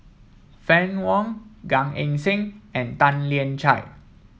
Fann Wong Gan Eng Seng and Tan Lian Chye